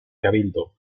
cabildo